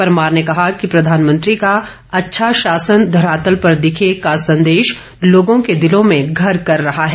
परमार ने कहा कि प्रधानमंत्री का अच्छा शासन धरातल पर दिखे का संदेश लोगों के दिलों में घर कर रहा है